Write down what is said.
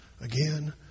Again